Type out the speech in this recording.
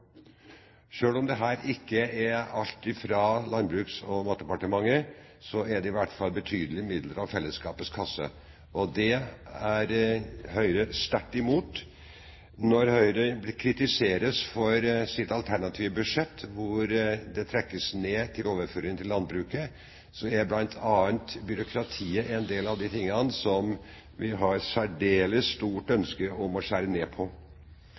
om alt dette ikke er fra Landbruks- og matdepartementet, så er det i hvert fall betydelige midler av fellesskapets kasse. Det er Høyre sterkt imot. Når Høyre kritiseres for sitt alternative budsjett hvor det trekkes ned på overføringene til landbruket, er bl.a. byråkratiet en del av det vi har særdeles stort ønske om å skjære ned på.